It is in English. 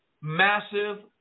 Massive